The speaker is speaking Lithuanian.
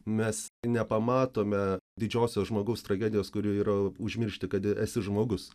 mes nepamatome didžiosios žmogaus tragedijos kuri yra užmiršti kad esi žmogus